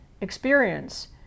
experience